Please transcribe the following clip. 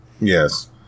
yes